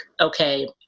okay